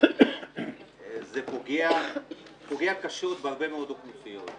זה פוגע קשות בהרבה מאוד אוכלוסיות.